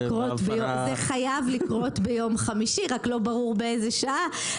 זה חייב לקרות ביום חמישי, רק לא ברור באיזו שעה.